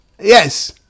yes